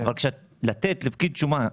אבל לתת לפקיד שומה,